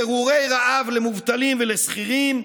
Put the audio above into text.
פירורי רעב למובטלים ולשכירים.